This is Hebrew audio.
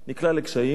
נקלע לקשיים,